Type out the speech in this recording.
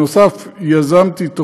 נוסף על כך, יזמתי,